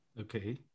Okay